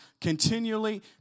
continually